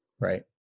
right